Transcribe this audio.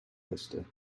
oyster